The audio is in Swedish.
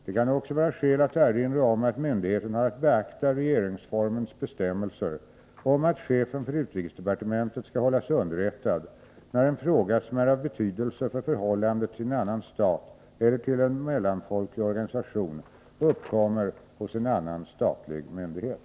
Det kan också vara skäl att erinra om att myndigheten har att beakta regeringsformens bestämmelser om att chefen för utrikesdepartementet skall hållas underrättad när en fråga som är av betydelse för förhållandet till en annan stat eller till en mellanfolklig organisation uppkommer hos en annan statlig myndighet.